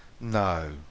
No